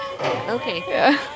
Okay